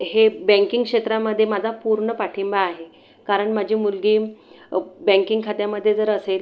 हे बँकिंग क्षेत्रामधे माझा पूर्ण पाठिंबा आहे कारण माझी मुलगी बँकिंग खात्यामधे जर असेल